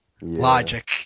logic